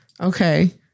Okay